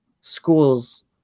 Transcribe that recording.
schools